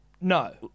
No